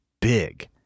big